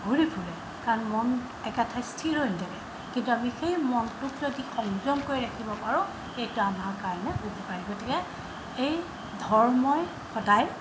ঘূৰি ফুৰে কাৰণ মন একে ঠাইত স্থিৰ হৈ নাথাকে কিন্তু আমি সেই মনটোক যদি সংযম কৰি ৰাখিব পাৰোঁ সেইটো আমাৰ কাৰণে উপকাৰী গতিকে এই ধৰ্মই সদায়